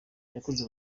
yakoze